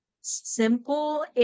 simple